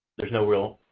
there's no real